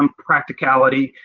um practicality.